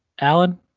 Alan